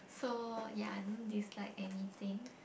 so ya I don't dislike anything